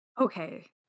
Okay